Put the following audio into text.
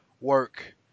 work